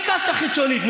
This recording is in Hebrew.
אז ביקשת חיצונית.